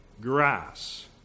grass